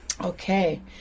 Okay